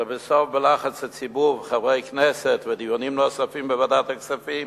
ולבסוף בלחץ הציבור וחברי כנסת ודיונים נוספים בוועדת הכספים